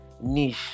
niche